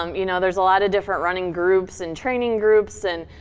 um you know, there's a lot of different running groups, and training groups, and,